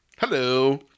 Hello